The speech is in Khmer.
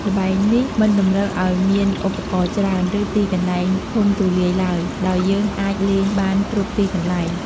ល្បែងនេះមិនតម្រូវឱ្យមានឧបករណ៍ច្រើន ឬទីកន្លែងធំទូលាយឡើយ ដោយយើងអាចលេងបានគ្រប់ទីកន្លែង។